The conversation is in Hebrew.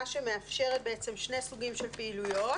שמאפשרת שני סוגים של פעילויות.